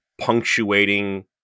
punctuating